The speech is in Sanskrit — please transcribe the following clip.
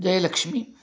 जयलक्ष्मी